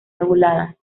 lobuladas